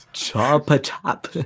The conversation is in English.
Chop-a-chop